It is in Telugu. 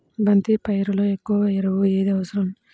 బంతి పైరులో ఎక్కువ ఎరువు ఏది అవసరం?